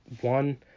one